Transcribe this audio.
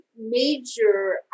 major